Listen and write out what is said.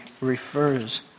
refers